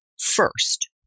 first